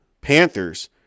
Panthers